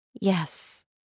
Yes